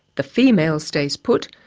the female stays put,